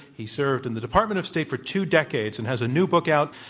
he served in the department of state for two decades and has a new book out